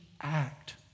act